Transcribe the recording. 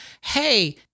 hey